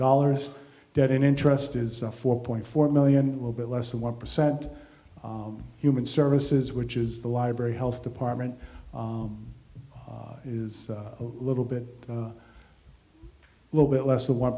dollars that in interest is four point four million little bit less than one percent human services which is the library health department is a little bit a little bit less the one